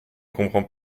comprends